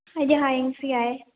ꯑꯩꯗꯤ ꯍꯌꯦꯡꯁꯨ ꯌꯥꯏ